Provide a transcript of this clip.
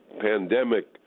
pandemic